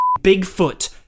Bigfoot